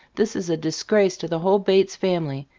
this is a disgrace to the whole bates family.